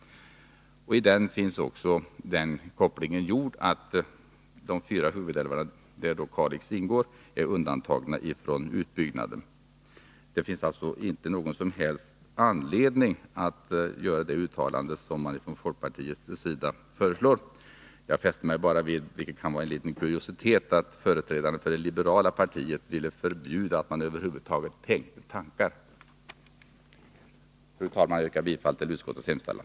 I den finns också den kopplingen gjord att de fyra huvudälvarna, där Kalix älv ingår, är undantagna från utbyggnad. Det finns alltså ingen som helst anledning att göra det uttalande som man från folkpartiets sida föreslår. Jag fäster mig vid — vilket kan vara en liten kuriositet — att företrädarna för det liberala partiet vill förbjuda att man över huvud taget tänker tankar. Fru talman! Jag yrkar bifall till utskottets hemställan.